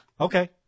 okay